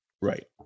right